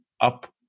up